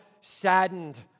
saddened